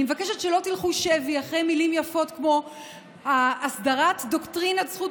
אני מבקשת שלא תלכו שבי אחרי מילים יפות כמו "הסדרת דוקטרינת זכות